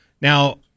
Now